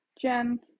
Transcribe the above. Jen